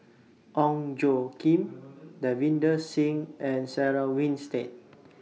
Ong Tjoe Kim Davinder Singh and Sarah Winstedt